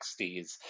1960s